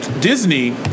Disney